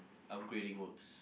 upgrading works